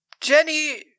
Jenny